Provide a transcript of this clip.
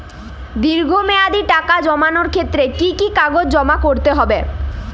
দীর্ঘ মেয়াদি টাকা জমানোর ক্ষেত্রে কি কি কাগজ জমা করতে হবে?